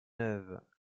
neuves